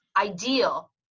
ideal